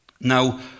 Now